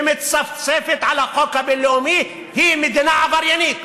ומצפצפת על החוק הבין-לאומי היא מדינה עבריינית.